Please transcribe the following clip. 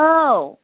औ